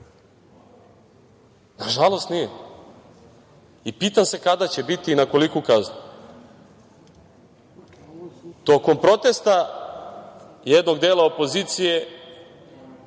Nažalost, nije i pitam se kada će biti i na koliku kaznu? Tokom protesta jednog dela opozicije